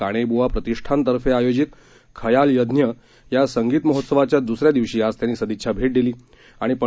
काणेब्वा प्रतिष्ठानतर्फे आयोजित खयाल यज्ञ या संगीत महोत्सवाच्या द्सऱ्या दिवशी आज त्यांनी सदिच्छा भेट दिली आणि पं